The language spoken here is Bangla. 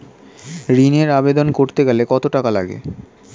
ঋণের আবেদন করতে গেলে কত টাকা লাগে?